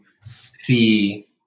see